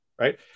right